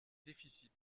déficit